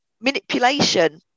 Manipulation